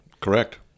Correct